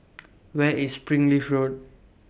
Where IS Springleaf Road